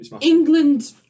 England